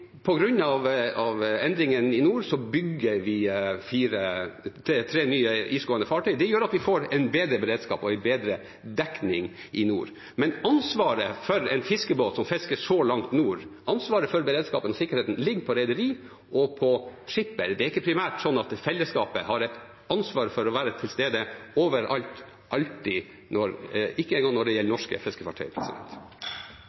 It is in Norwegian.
får bedre beredskap og bedre dekning i nord. Men ansvaret for en fiskebåt som fisker så langt nord, ansvaret for beredskapen og sikkerheten, ligger på rederi og på skipper. Det er ikke primært slik at fellesskapet har et ansvar for å være til stede overalt alltid, ikke engang når det gjelder